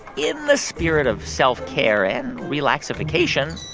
in the spirit of self-care and relaxification,